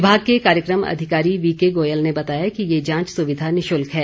विभाग के कार्यक्रम अधिकारी वीके गोयल ने बताया कि ये जांच सुविधा निशुल्क है